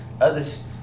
others